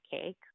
cake